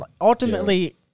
ultimately